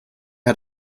how